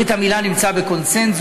ברית המילה נמצאת בקונסנזוס,